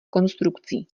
konstrukcí